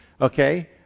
Okay